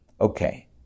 Okay